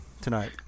tonight